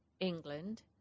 england